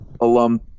alum